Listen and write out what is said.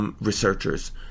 Researchers